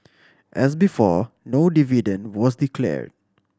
as before no dividend was declared